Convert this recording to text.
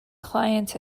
client